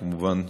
וכמובן,